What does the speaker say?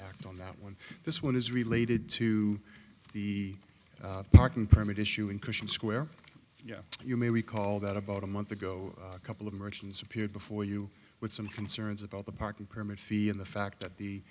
act on that one this one is related to the parking permit issue in question square yeah you may recall that about a month ago a couple of merchants appeared before you with some concerns about the parking permit fee in the fact that the